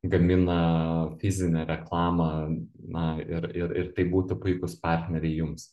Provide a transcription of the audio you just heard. gamina fizinę reklamą na ir ir ir tai būtų puikūs partneriai jums